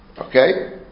Okay